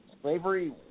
slavery